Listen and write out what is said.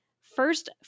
first